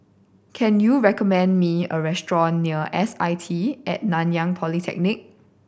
can you recommend me a restaurant near S I T At Nanyang Polytechnic